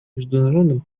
международным